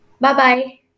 Bye-bye